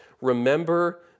Remember